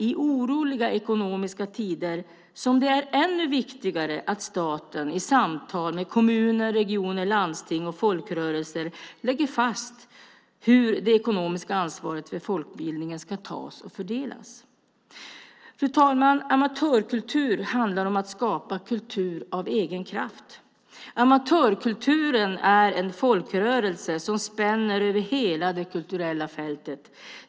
I oroliga ekonomiska tider är det ännu viktigare att staten i samtal med kommuner, landsting, regioner och folkrörelser lägger fast hur det ekonomiska ansvaret för folkbildningen ska tas och fördelas. Fru talman! Amatörkultur handlar om att skapa kultur av egen kraft. Amatörkulturen är en folkrörelse som spänner över hela det kulturella fältet.